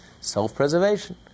Self-preservation